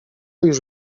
już